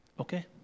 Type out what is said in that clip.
okay